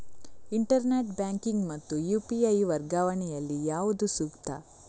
Internet banking ಮತ್ತು UPI ವರ್ಗಾವಣೆ ಯಲ್ಲಿ ಯಾವುದು ಸೂಕ್ತ?